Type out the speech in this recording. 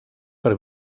per